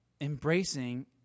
embracing